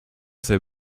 c’est